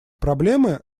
проблемы